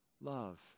love